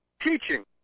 teaching